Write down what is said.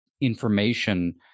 information